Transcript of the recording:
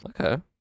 Okay